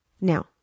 Now